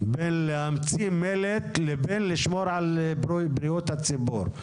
בין להמציא מלט לבין לשמור על כל בריאות הציבור.